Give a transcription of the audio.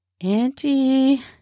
Auntie